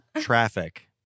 Traffic